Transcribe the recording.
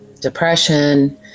depression